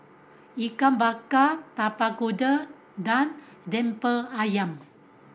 Ikan Bakar Tapak Kuda Lemper Ayam